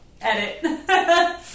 Edit